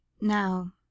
now